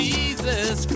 Jesus